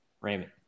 Raymond